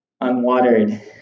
unwatered